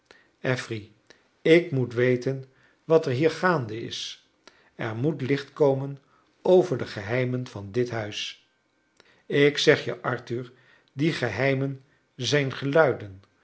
affery ik moet weten wat er hier gaande is er moet licht komen over de geheimen van dit huis ik zeg je arthur die geheimen zijn geluiden